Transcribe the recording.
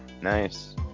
Nice